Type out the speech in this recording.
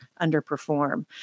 underperform